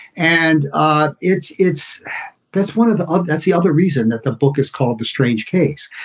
and ah it's it's this one of the ah that's the other reason that the book is called the strange case.